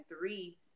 three